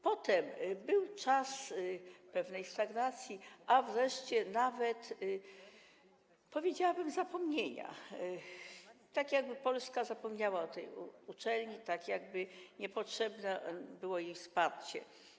Potem był czas pewnej stagnacji, a wreszcie nawet, powiedziałabym, zapomnienia, tak jakby Polska zapomniała o tej uczelni, tak jakby niepotrzebne było jej wsparcie.